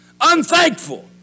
Unthankful